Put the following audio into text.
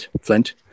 Flint